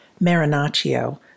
Marinaccio